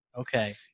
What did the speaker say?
Okay